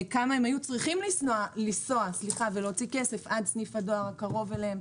כמה זמן הם היו צריכים לנסוע לסניף הדואר הקרוב אליהם,